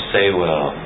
Saywell